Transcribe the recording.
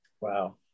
Wow